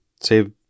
save